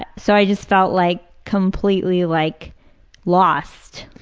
and so, i just felt like completely like lost.